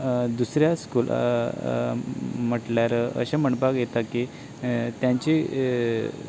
दुसऱ्या स्कुला म्हटल्यार अशें म्हणपाक येता की तेंची